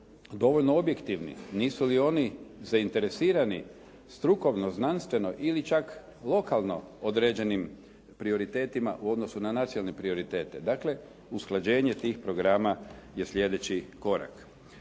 dovoljno objektivni? Nisu li oni zainteresirani strukovno, znanstveno ili čak lokalno određenim prioritetima u odnosu na nacionalne prioritete? Dakle, usklađenje tih programa je sljedeći korak.